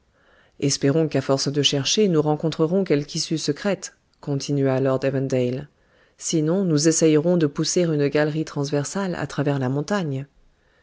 espérons qu'à force de chercher nous rencontrerons quelque issue sécrète continua lord evandale sinon nous essaierons de pousser une galerie transversale à travers la montagne